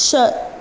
छह